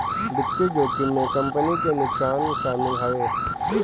वित्तीय जोखिम में कंपनी के नुकसान शामिल हवे